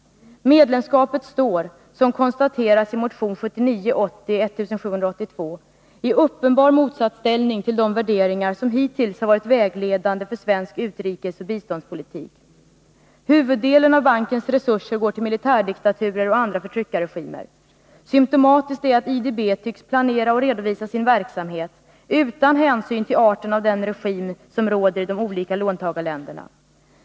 Medlemskapet står, som konstateras i motion 1979/80:1782, i uppenbar motsatsställning till de värderingar som hittills har varit vägledande för svensk utrikesoch biståndspolitik. Huvuddelen av bankens resurser går till militärdiktaturer och andra förtryckarregimer. Symptomatiskt är att IDB tycks planera och redovisa sin verksamhet utan hänsyn till arten av den regim som råder i de olika låntagarländerna.